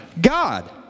God